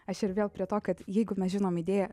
aš ir vėl prie to kad jeigu mes žinom idėją